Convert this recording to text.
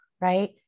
right